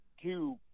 cube